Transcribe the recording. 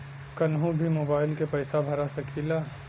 कन्हू भी मोबाइल के पैसा भरा सकीला?